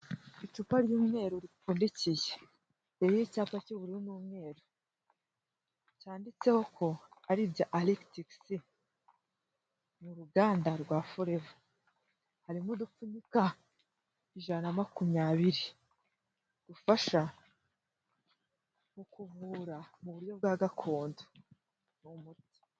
Icupa ry'umweru ripfundikiye ririho y'icyapa cy'ubururu n'umweru cyanditseho ko ari ibya aletics ni ruganda rwa forever, harimo udupfunyika ijana na makumyabiri dufasha mu kuvura mu buryo bwa gakondo, ni umuti.